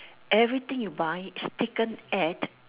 everything you buy is taken at